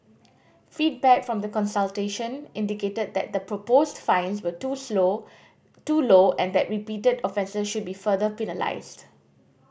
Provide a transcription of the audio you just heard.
feedback from the consultation indicated that the proposed fines were too slow too low and that repeated offences should be further penalised